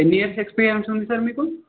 ఎన్ని years experience ఉంది sir మీకు